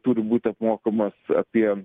turi būti apmokamas apie